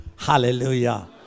Hallelujah